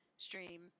Stream